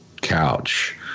couch